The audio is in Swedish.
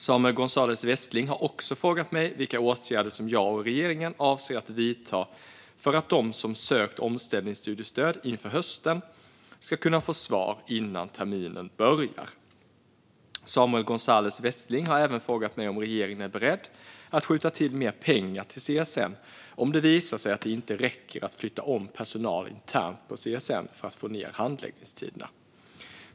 Samuel Gonzalez Westling har också frågat mig vilka åtgärder som jag och regeringen avser att vidta för att de som sökt omställningsstudiestöd inför hösten ska kunna få svar innan terminen börjar. Samuel Gonzalez Westling har även frågat mig om regeringen är beredd att skjuta till mer pengar till CSN om det visar sig att det inte räcker att flytta om personal internt på CSN för att få ned handläggningstiderna.